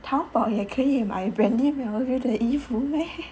淘宝也可以买 brandy melville 的衣服 meh